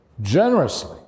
generously